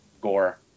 gore